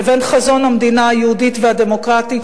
לבין חזון המדינה היהודית והדמוקרטית,